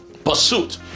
pursuit